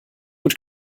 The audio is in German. mit